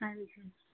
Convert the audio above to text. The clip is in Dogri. हां जी